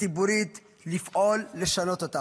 וציבורית לפעול לשנות אותה.